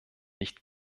nicht